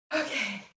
Okay